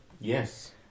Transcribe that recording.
Yes